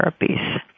therapies